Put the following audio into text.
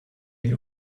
you